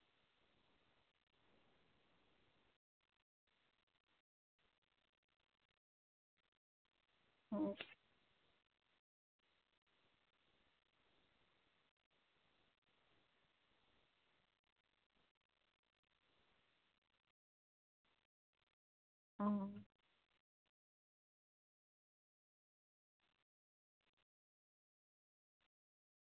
ᱚ ᱚ